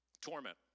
torment